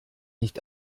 nicht